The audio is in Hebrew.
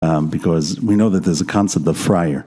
Because we know that there's a concept of Friar